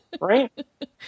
right